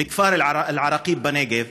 מהכפר אל-עראקיב בנגב,